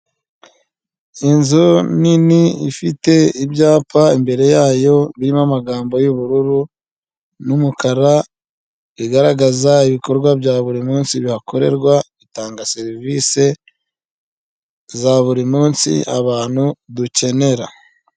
Abantu benshi batandukanye bamwe baricaye abandi barahagaze umwe muri bo afite ibendera rifite amabara atatu atandukanye, harimo ibara ry'ubururu, ibara ry'umuhondo, n'ibara ry'icyatsi kibisi.